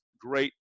great